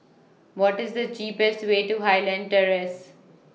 What IS The cheapest Way to Highland Terrace